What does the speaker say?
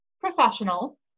Professional